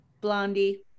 blondie